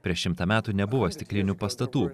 prieš šimtą metų nebuvo stiklinių pastatų